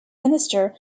minister